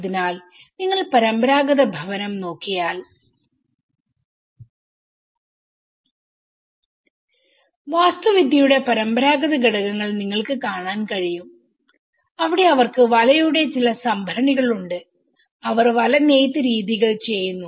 അതിനാൽ നിങ്ങൾ പരമ്പരാഗത ഭവനം നോക്കിയാൽ വാസ്തുവിദ്യയുടെ പരമ്പരാഗത ഘടകങ്ങൾ നിങ്ങൾക്ക് കാണാൻ കഴിയും അവിടെ അവർക്ക് വലയുടെ ചില സംഭരണികൾ ഉണ്ട് അവർ വല നെയ്ത്ത് രീതികൾ ചെയ്യുന്നു